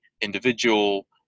individual